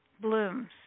blooms